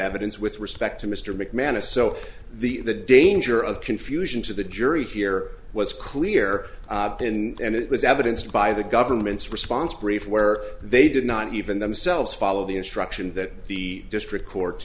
evidence with respect to mr mcmanus so the the danger of confusion to the jury here was clear and it was evidenced by the government's response brief where they did not even themselves follow the instruction that the district court